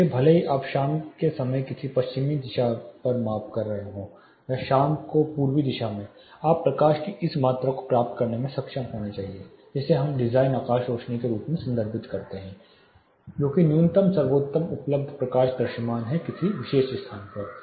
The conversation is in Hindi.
इसलिए भले ही आप शाम के समय किसी पश्चिमी दिशा पर माप कर रहे हों या शाम को पूर्वी दिशा में आप प्रकाश की इस मात्रा को प्राप्त करने में सक्षम होने चाहिए जिसे हम डिजाइन आकाश रोशनी के रूप में संदर्भित करते हैं जो कि एक न्यूनतम सर्वोत्तम उपलब्ध प्रकाश दृश्यमान है किसी विशेष स्थान पर